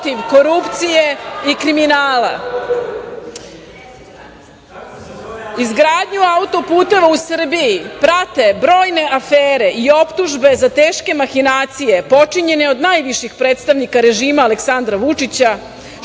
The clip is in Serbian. korupcije i kriminala. Izgradnju auto-puteva u Srbiji prate brojne afere i optužbe za teške mahinacije počinjene od najviših predstavnika režima Aleksandra Vučića,